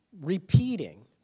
Repeating